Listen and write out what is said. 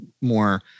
more